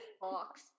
box